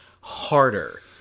harder